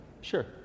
sure